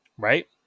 Right